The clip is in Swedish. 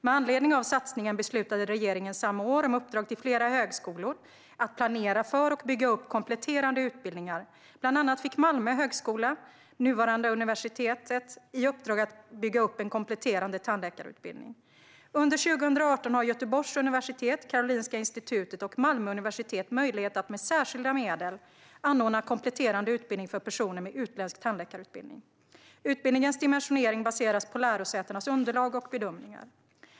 Med anledning av satsningen beslutade regeringen samma år om uppdrag till flera högskolor att planera för och bygga upp kompletterande utbildningar. Bland andra fick Malmö högskola, nuvarande universitet, i uppdrag att bygga upp en kompletterande tandläkarutbildning. Under 2018 har Göteborgs universitet, Karolinska institutet och Malmö universitet möjlighet att med särskilda medel anordna kompletterande utbildning för personer med utländsk tandläkarutbildning. Utbildningens dimensionering baseras på lärosätenas underlag och bedömningar.